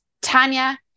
Tanya